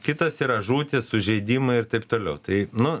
kitas yra žūtys sužeidimai ir taip toliau tai nu